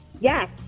Yes